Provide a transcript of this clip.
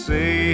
Say